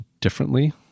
differently